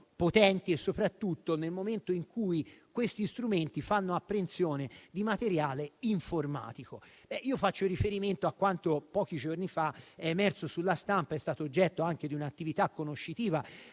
potenti, soprattutto nel momento in cui essi fanno apprensione di materiale informatico. Faccio riferimento a quanto pochi giorni fa è emerso sulla stampa ed è stato oggetto anche di un'attività conoscitiva